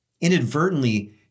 inadvertently